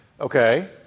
okay